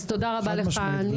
אז תודה רבה לך.